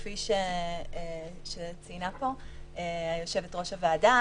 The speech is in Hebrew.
כפי שציינה פה יושבת-ראש הוועדה,